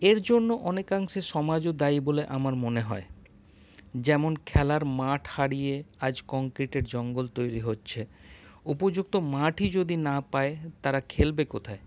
এর জন্য অনেকাংশে সমাজও দায়ি বলে আমার মনে হয় যেমন খেলার মাঠ হারিয়ে আজ কনক্রিটের জঙ্গল তৈরি হচ্ছে উপযুক্ত মাঠই যদি না পায় তারা খেলবে কোথায়